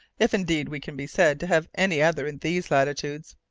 if indeed we can be said to have any other in these latitudes.